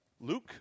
Luke